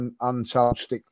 untouched